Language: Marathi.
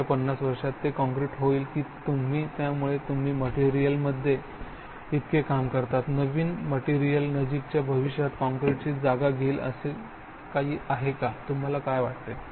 येत्या 50 वर्षात ते काँक्रीट होईल की तुम्ही त्यामुळे तुम्ही मटेरिअलमध्ये इतके काम करता नवीन मटेरियल नजीकच्या भविष्यात काँक्रीटची जागा घेईल असे काही आहे का तुम्हाला काय वाटते